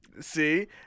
See